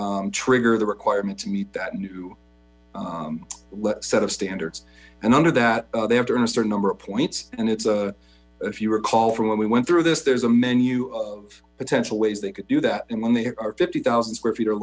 feet trigger the requirement to meet that new set of standards and under that they have to earn a certain number of points and it's a if you recall from when we went through this there's a menu of potential ways they could do that and when they are thousand square feet or